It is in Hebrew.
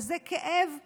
וזה כאב עצום,